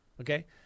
okay